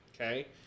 Okay